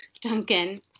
duncan